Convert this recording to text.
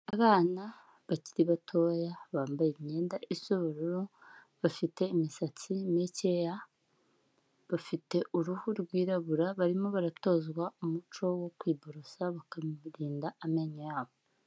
Abana bakiri batoya bambaye imyenda yubururu bafite imisatsi mikeya bafite uruhu rwirabura, barimo baratozwa umuco wo kwiborosa bakarinda amenyo yabo.